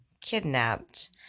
kidnapped